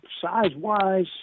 size-wise